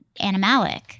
animalic